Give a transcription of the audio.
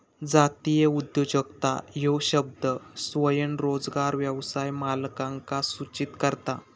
जातीय उद्योजकता ह्यो शब्द स्वयंरोजगार व्यवसाय मालकांका सूचित करता